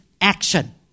action